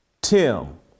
Tim